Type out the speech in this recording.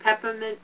peppermint